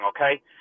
okay